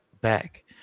back